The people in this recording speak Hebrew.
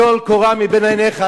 טול קורה מבין עיניך.